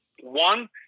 One